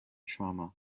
trauma